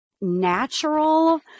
natural